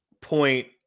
point